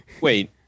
wait